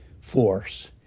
force